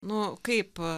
nu kaip